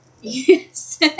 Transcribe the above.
Yes